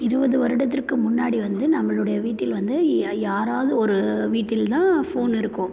இருபது வருடத்திற்கு முன்னாடி வந்து நம்முளுடைய வீட்டில் வந்து யாராது ஒரு வீட்டில் தான் ஃபோனு இருக்கும்